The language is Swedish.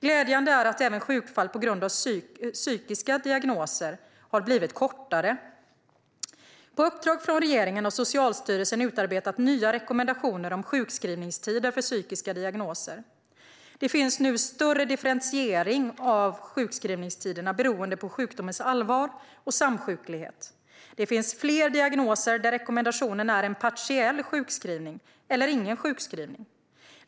Glädjande är att även sjukfall på grund av psykiska diagnoser har blivit kortare. På uppdrag från regeringen har Socialstyrelsen utarbetat nya rekommendationer om sjukskrivningstider för psykiska diagnoser. Det finns nu större differentiering av sjukskrivningstiderna beroende på sjukdomens allvar och samsjuklighet. Det finns fler diagnoser där rekommendationen är en partiell sjukskrivning eller ingen sjukskrivning.